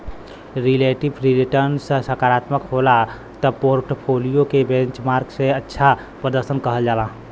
relative return सकारात्मक होला त पोर्टफोलियो के बेंचमार्क से अच्छा प्रर्दशन कहल जाला